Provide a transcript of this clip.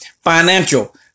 financial